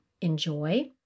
enjoy